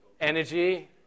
energy